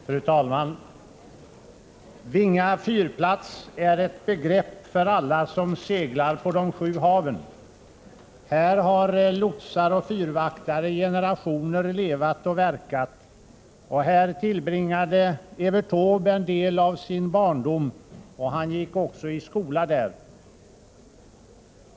Fru talman! Vinga fyrplats är ett begrepp för alla som seglar på de sju haven. Här har lotsar och fyrvaktare i generationer levat och verkat, här tillbringade Evert Taube en del av sin barndom, och här gick han också i skola.